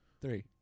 three